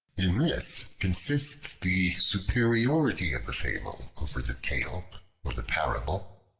in this consists the superiority of the fable over the tale or the parable.